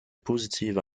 positive